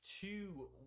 two